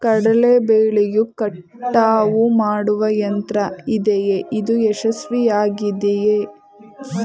ಕಡಲೆ ಬೆಳೆಯ ಕಟಾವು ಮಾಡುವ ಯಂತ್ರ ಇದೆಯೇ? ಅದು ಯಶಸ್ವಿಯಾಗಿದೆಯೇ?